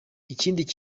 ikindi